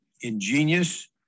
ingenious